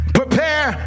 prepare